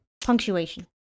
Punctuation